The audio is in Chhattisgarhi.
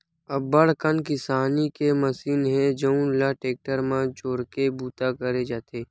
अब्बड़ कन किसानी के मसीन हे जउन ल टेक्टर म जोरके बूता करे जाथे